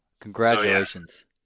congratulations